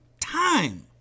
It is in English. time